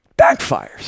backfires